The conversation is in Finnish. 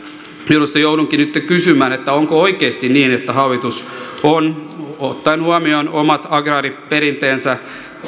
johdosta joudunkin nyt kysymään onko oikeasti niin että hallitus on ottaen huomioon omat agraariperinteensä